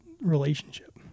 relationship